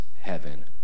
heaven